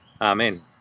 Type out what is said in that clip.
Amen